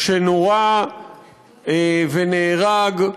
שנורה ונהרג.